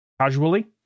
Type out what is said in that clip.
casually